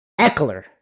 Eckler